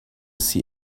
see